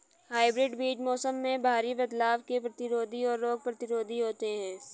hybrid बीज मौसम में भारी बदलाव के प्रतिरोधी और रोग प्रतिरोधी होते हैं